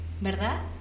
¿verdad